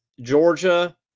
Georgia